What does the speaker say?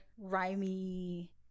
rhymy